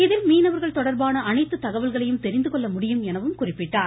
இதில் மீனவர்கள் தொடர்பான அனைத்து தகவல்களையும் தெரிந்து கொள்ள முடியும் என அவர் குறிப்பிட்டார்